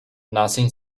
nothing